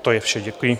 To je vše, děkuji.